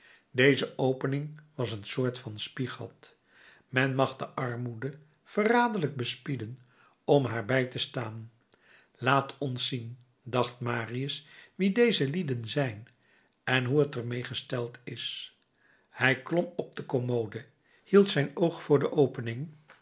deze opening was een soort van spiegat men mag de armoede verraderlijk bespieden om haar bij te staan laat ons zien dacht marius wie deze lieden zijn en hoe t er mede gesteld is hij klom op de commode hield zijn oog voor de opening